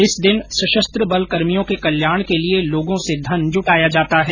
इस दिन सशस्त्र बल कर्मियों के कल्याण के लिए लोगों से धन जुटाया जाता है